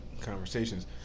Conversations